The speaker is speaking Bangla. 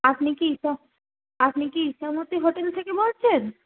আপনি কি ইছা আপনি কি ইছামতী হোটেল থেকে বলছেন